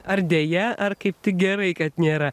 ar deja ar kaip tik gerai kad nėra